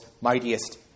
mightiest